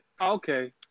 Okay